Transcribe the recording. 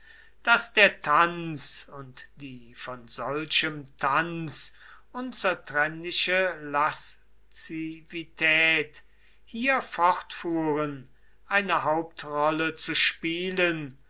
daß der tanz und die von solchem tanz unzertrennliche laszivität hier fortfuhren eine hauptrolle zu spielen